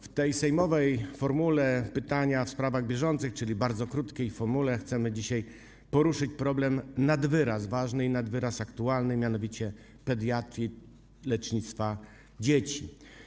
W tej sejmowej formule pytania w sprawach bieżących, czyli bardzo krótkiej formule, chcemy dzisiaj poruszyć problem nad wyraz ważny i nad wyraz aktualny, mianowicie pediatrii lecznictwa dzieci.